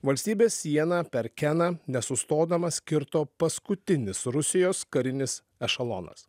valstybės sieną per keną nesustodamas kirto paskutinis rusijos karinis ešelonas